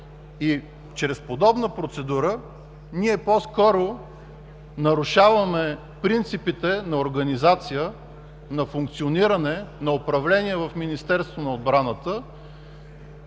и чрез подобна процедура ние по-скоро нарушаваме принципите на организация, на функциониране, на управление в Министерството на отбраната.